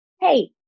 hey